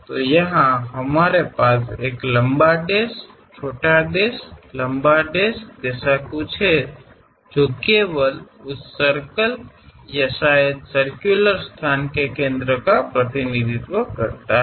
तो यहाँ हमारे पास एक लंबा डैश छोटा डैश लंबा डैश जैसा कुछ है जो केवल उस सर्कल या शायद सरक्युलर स्थान के केंद्र का प्रतिनिधित्व करता है